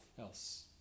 else